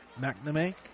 McNamee